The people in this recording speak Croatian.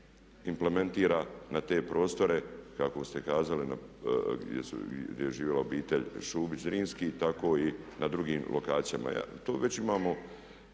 implementira na te prostore kako ste kazali gdje je živjela obitelj Šubić Zrinski tako i na drugim lokacijama. Tu već imamo